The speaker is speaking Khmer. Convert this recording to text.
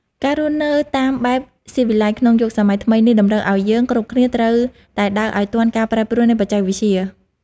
ការរស់នៅតាមបែបស៊ីវិល័យក្នុងយុគសម័យថ្មីនេះតម្រូវឱ្យយើងគ្រប់គ្នាត្រូវតែដើរឱ្យទាន់ការប្រែប្រួលនៃបច្ចេកវិទ្យា។